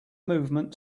movement